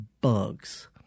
bugs